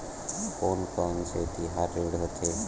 कोन कौन से तिहार ऋण होथे?